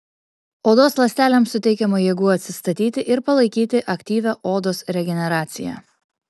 odos ląstelėms suteikiama jėgų atsistatyti ir palaikyti aktyvią odos regeneraciją